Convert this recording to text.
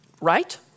Right